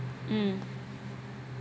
mm